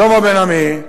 שלמה בן-עמי,